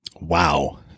Wow